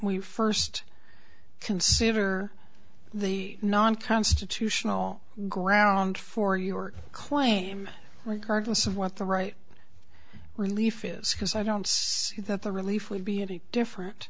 we first consider the non constitutional ground for your claim regardless of what the right relief is because i don't think that the relief would be any different